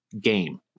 game